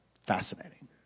Fascinating